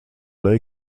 lake